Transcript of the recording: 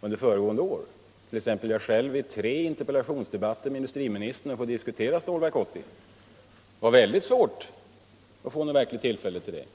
under föregående år — t.ex. jag själv i tre interpellationsdebatter med industriministern — att få diskutera Stålverk 80. Det var mycket svårt att få något verkligt tillfälle till det.